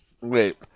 Wait